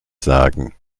sagen